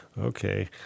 Okay